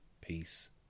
Peace